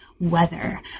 weather